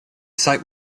site